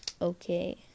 Okay